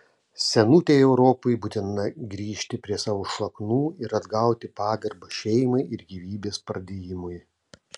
senutei europai būtina grįžti prie savo šaknų ir atgauti pagarbą šeimai ir gyvybės pradėjimui